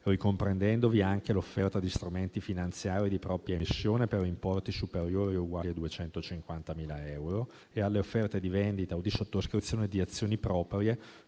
ricomprendendovi anche l'offerta di strumenti finanziari di propria emissione per importi superiori o uguali a 250.000 euro e alle offerte di vendita o di sottoscrizione di azioni proprie